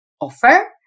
offer